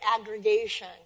aggregation